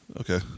Okay